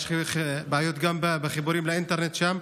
יש גם בעיות בחיבורים לאינטרנט שם,